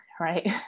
right